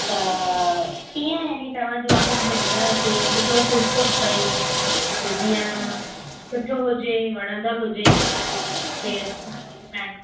त कीअं आहिनि तव्हांजो आहे मूंखे ॿुधायो हिकु सुठो सुट कोट भई त जीअं सुठो हुजे वड़ंदर हुजे भेण जी शादी में पाइणो हुजे